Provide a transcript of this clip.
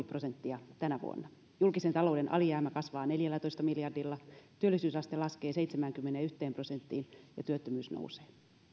prosenttia tänä vuonna julkisen talouden alijäämä kasvaa neljällätoista miljardilla työllisyysaste laskee seitsemäänkymmeneenyhteen prosenttiin ja työttömyys nousee